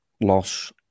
loss